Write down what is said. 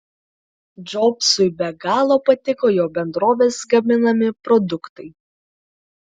džobsui be galo patiko jo bendrovės gaminami produktai